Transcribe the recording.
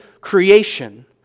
creation